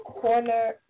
Corner